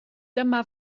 dyma